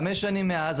חמש שנים מאז,